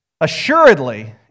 assuredly